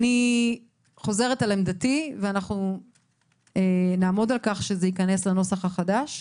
אני חוזרת על עמדתי ונעמוד על כך שזה ייכנס לנוסח החדש,